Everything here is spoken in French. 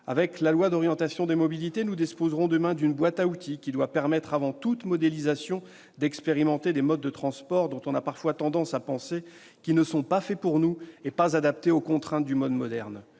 Avec la loi d'orientation des mobilités, nous disposerons demain d'une boîte à outils qui doit permettre, avant toute modélisation, d'expérimenter des modes de transport dont on a parfois tendance à penser, à tort, qu'ils ne sont pas faits pour nous, qu'ils ne sont pas adaptés aux contraintes du monde moderne.